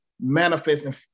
manifesting